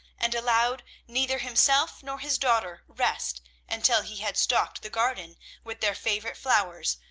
and allowed neither himself nor his daughter rest until he had stocked the garden with their favourite flowers,